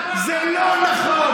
זה לא נכון.